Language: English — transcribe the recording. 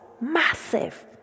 massive